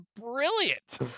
brilliant